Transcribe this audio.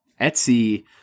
Etsy